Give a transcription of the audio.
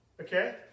Okay